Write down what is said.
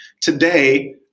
Today